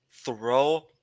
throw